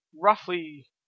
roughly